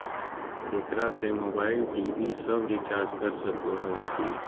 एकरा से mobile TV सब रिचार्ज कर सको हियै की?